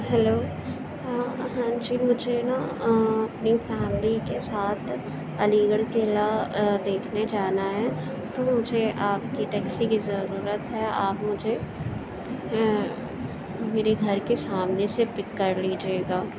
hello ہاں جی مجھے نا اپنی فیملی کے ساتھ علی گڑھ قلعہ دیکھنے جانا ہے تو مجھے آپ کی ٹیکسی کی ضرورت ہے آپ مجھے میرے گھر کے سامنے سے پک کر لیجیے گا